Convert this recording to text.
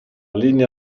linea